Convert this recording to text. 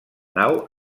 nau